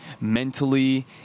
mentally